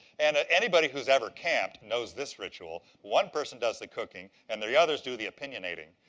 and ah anybody who's ever camped, knows this ritual. one person does the cooking, and the the others do the opinionating.